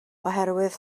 oherwydd